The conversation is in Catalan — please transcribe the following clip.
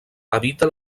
habita